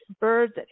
birds